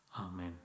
Amen